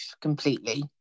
completely